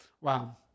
Wow